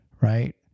right